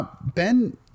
Ben